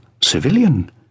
civilian